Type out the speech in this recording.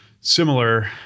similar